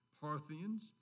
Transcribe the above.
Parthians